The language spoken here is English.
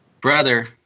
Brother